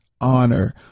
honor